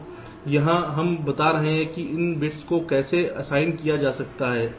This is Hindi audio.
तो यहां हम बता रहे हैं कि इन बिट्स को कैसे असाइन किया जाता है